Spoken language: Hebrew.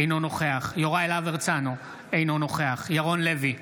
אינו נוכח יוראי להב הרצנו, אינו נוכח ירון לוי,